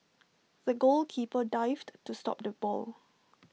the goalkeeper dived to stop the ball